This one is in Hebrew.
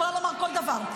יכולה לומר כל דבר,